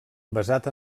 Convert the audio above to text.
basat